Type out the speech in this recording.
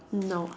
no